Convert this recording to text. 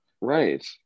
Right